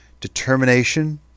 determination